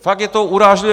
Fakt je to urážlivé.